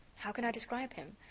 how can i describe him?